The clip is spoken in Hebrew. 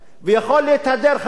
ואקוניס ואולי אחרים,